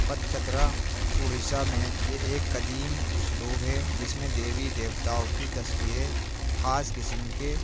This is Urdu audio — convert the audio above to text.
پتچترا اڑیسہ میں یہ ایک قدیم اسلوب ہے جس میں دیوی دیوتاؤں کی تصویریں خاص قسم کے